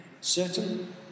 Certain